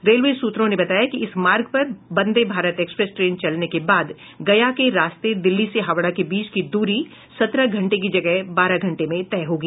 railway सूत्रों ने बताया कि इस मार्ग पर वंदे भारत एक्सप्रेस ट्रेन चलने के बाद गया के रास्ते दिल्ली से हावड़ा के बीच की दूरी सत्रह घंटे की जगह बारह घंटे में तय होगी